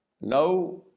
Now